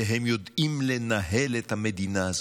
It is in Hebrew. והם יודעים לנהל את המדינה הזאת.